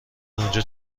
اونجا